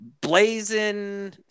blazing